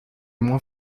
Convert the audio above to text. moins